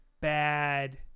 bad